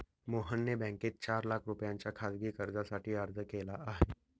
मोहनने बँकेत चार लाख रुपयांच्या खासगी कर्जासाठी अर्ज केला आहे